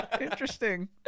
Interesting